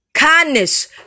Kindness